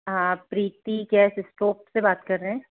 हां Preeti gas stove से बात कर रहे हैं